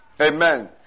Amen